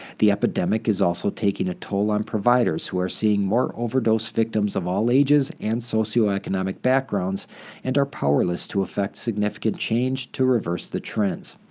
the epidemic is also taking a toll on providers who are seeing more overdose victims of all ages and socioeconomic backgrounds and are powerless to affect significant change to reverse the trends.